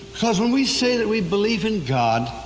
because when we say that we believe in god,